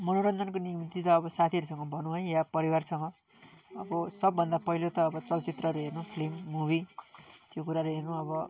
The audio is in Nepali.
मनोरञ्जनको निम्ति त अब साथीहरूसँग भनौँ है या परिवारसँग अब सबभन्दा पहिलो त अब चलचित्रहरू हेर्न फिल्म मुभी त्यो कुराहरू हेर्नु अब